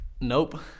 Nope